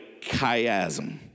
chiasm